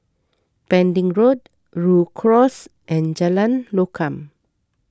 Pending Road Rhu Cross and Jalan Lokam